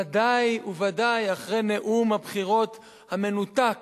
ודאי וודאי אחרי נאום הבחירות המנותק